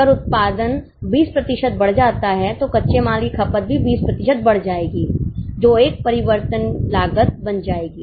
अगर उत्पादन 20 प्रतिशत बढ़ जाता है तो कच्चे माल की खपत भी 20 प्रतिशत बढ़ जाएगी जो एक परिवर्तन लागत बन जाएगी